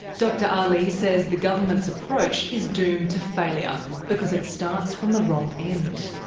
dr aly says the government's approach is doomed to failure because it starts from the wrong end.